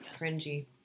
cringy